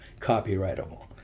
copyrightable